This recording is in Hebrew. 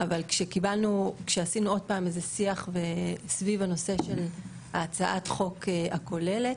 אבל כשעשינו עוד פעם שיח סביב הנושא של ההצעת חוק הכוללת,